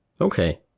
Okay